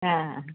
હાં